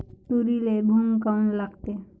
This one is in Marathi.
तुरीले घुंग काऊन लागते?